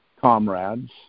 comrades